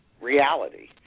reality